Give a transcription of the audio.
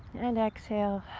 and exhale.